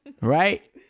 Right